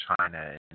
China